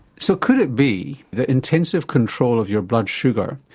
so could it be that intensive control of your blood sugar,